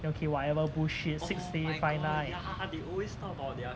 okay whatever bullshit six day five night